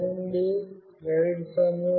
ఇది సెటప్ దశ